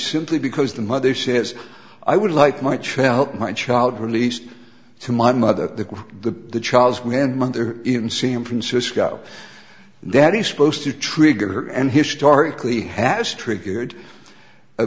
simply because the mother says i would like my child my child released to my mother the child's grandmother inseam francisco that is supposed to trigger and historically has triggered a